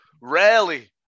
rarely